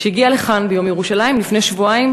שהגיעה לכאן ביום ירושלים לפני שבועיים.